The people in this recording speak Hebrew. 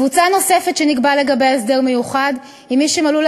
קבוצה נוספת שנקבע לגביה הסדר מיוחד היא מי שמלאו